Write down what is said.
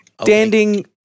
standing